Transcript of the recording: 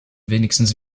wenigstens